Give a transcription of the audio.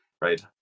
right